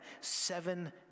seven